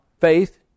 faith